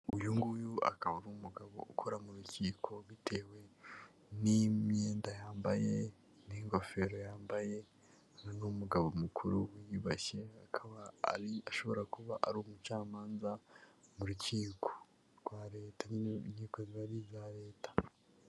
Uyu nguyu akaba ari umugabo ukora mu rukiko bitewe n'imyenda yambaye n'ingofero yambaye, ni umugabo mukuru wiyubashye akaba ashobora kuba ari umucamanza mu rukiko rwa leta nyine inkiko ziba ari iza leta.